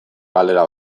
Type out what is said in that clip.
galdera